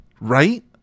right